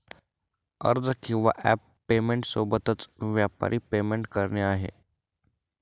अर्ज किंवा app payment सोबतच, व्यापारी पेमेंट करणे आहे